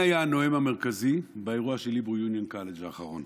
מי היה הנואם המרכזי באירוע של היברו יוניון קולג' האחרון?